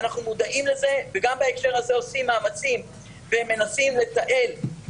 אנחנו מודעים לזה וגם בהקשר הזה עושים מאמצים ומנסים לאגם